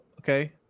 Okay